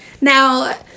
Now